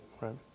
right